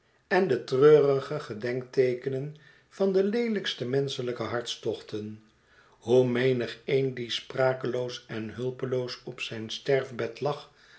en de treurige gedenkteekenen van de leelijkste menschelijke hartstochten hoe menigeen die sprakeloos en hulpeloos op zijn sterfbed lag